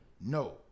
no